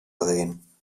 drehen